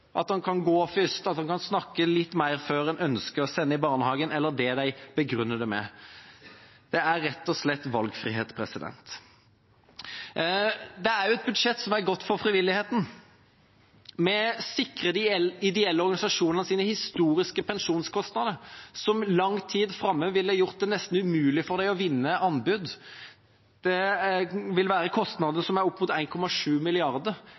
at han kan gå først, at han kan snakke litt mer før en ønsker å sende ham i barnehagen, eller det de begrunner det med. Det er rett og slett valgfrihet. Dette er også et godt budsjett for frivilligheten. Vi sikrer de ideelle organisasjonenes historiske pensjonskostnader, som lang tid framme ville gjort det nesten umulig for dem å vinne anbud. Det vil være kostnader som er opp mot